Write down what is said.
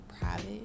private